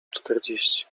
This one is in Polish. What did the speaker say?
czterdzieści